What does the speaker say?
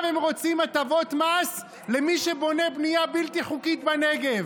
עכשיו הם רוצים הטבות מס למי שבונה בנייה בלתי חוקית בנגב.